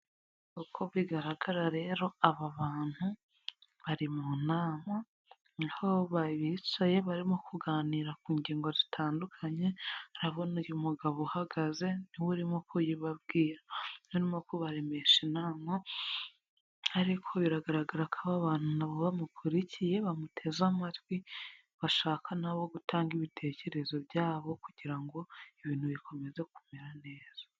Uko bigaragara rero, aba bantu bari mu nama niho bicaye barimo kuganira ku ngingo zitandukanye, urabona uyu mugabo uhagaze niwe urimo kuyibabwira birimo kubaremesha inama ariko biragaragara ko aba bantu nabo bamukurikiye bamuteze amatwi bashaka nabo gutanga ibitekerezo byabo kugira ngo ibintu bikomeze kumera neza.